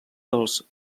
dels